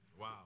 Wow